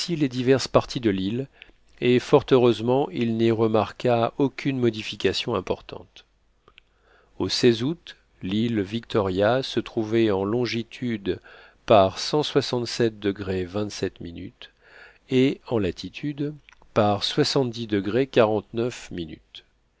les diverses parties de l'île et fort heureusement il n'y remarqua aucune modification importante au août l'île victoria se trouvait en longitude par et en latitude par